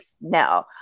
no